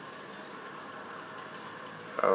um